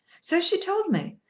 so she told me.